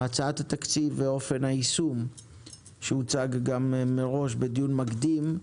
הצעת התקציב ואופן היישום שהוצגו מראש בדיון מקדים,